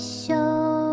show